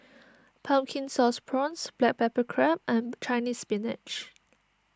Pumpkin Sauce Prawns Black Pepper Crab and Chinese Spinach